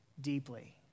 deeply